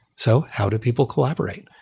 so how do people collaborate?